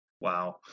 Wow